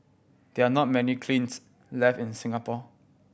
there are not many kilns left in Singapore